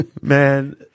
Man